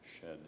shed